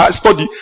study